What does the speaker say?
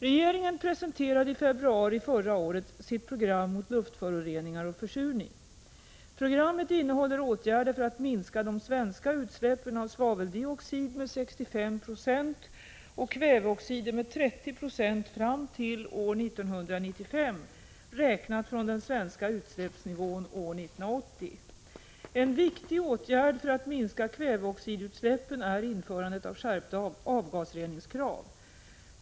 Regeringen presenterade i februari förra året sitt program mot luftföroreningar och försurning. Programmet innefattar åtgärder för att minska de svenska utsläppen av svaveldioxid med 65 96 och kväveoxider med 30 96 fram till år 1995 räknat från den svenska utsläppsnivån år 1980. En viktig åtgärd för att minska kväveoxidutsläppen är införandet av skärpta avgasreningskrav.